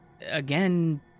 again